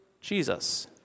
Jesus